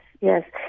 yes